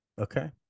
Okay